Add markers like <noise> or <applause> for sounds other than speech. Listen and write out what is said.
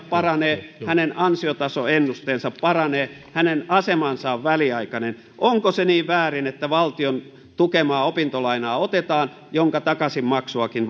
<unintelligible> paranee hänen ansiotasoennusteensa paranee hänen asemansa on väliaikainen onko se niin väärin että otetaan valtion tukemaa opintolainaa jonka takaisinmaksuakin <unintelligible>